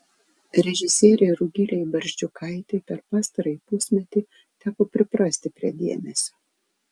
režisierei rugilei barzdžiukaitei per pastarąjį pusmetį teko priprasti prie dėmesio